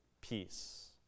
peace